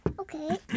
Okay